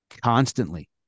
constantly